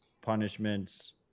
punishments